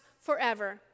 forever